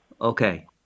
Okay